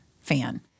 fan